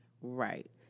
Right